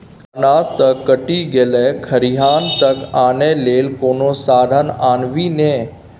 अनाज त कटि गेलै खरिहान तक आनय लेल कोनो साधन आनभी ने